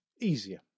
easier